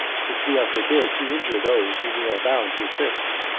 since we are forbid to injure those whom we are bound to assist.